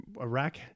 Iraq